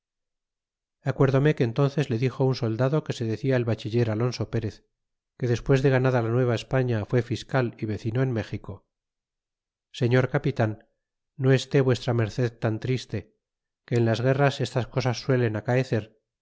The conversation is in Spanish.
acuérdome que entónces le dixo un soldado que se decia el bachiller alonso perez que despues de ganada la nueva españa fue fiscal y vecino en méxico señor capitan no esté v md tan triste que en las guerras estas cosas suelen acaecer